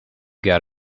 got